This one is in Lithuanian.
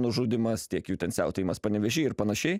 nužudymas tiek jų ten siautėjimas panevėžy ir panašiai